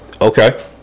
Okay